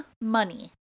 money